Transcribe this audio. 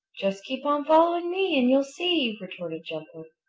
just keep on following me and you'll see, retorted jumper.